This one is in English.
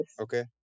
Okay